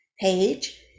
page